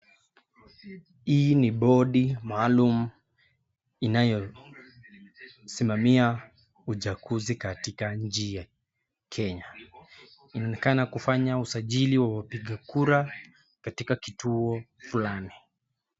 Hii ni bodi maalum inayosimamia uchaguzi katika nchi ya Kenya. Inaonekana kufanya usajili wa wapiga kura katika kituo fulani.